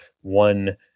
one